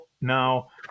Now